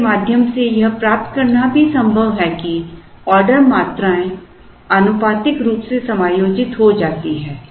इसके माध्यम से यह प्राप्त करना भी संभव है कि ऑर्डर मात्राएं आनुपातिक रूप से समायोजित हो जाती है